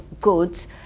goods